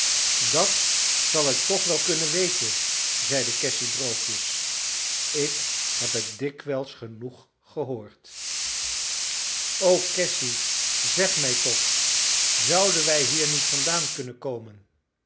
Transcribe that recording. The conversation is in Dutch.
dat zal ik toch wel kunnen weten zeide cassy droogjes ik heb het dikwijls genoeg gehoord o cassy zeg mij toch zouden wij hier niet vandaan kunnen komen